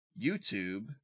YouTube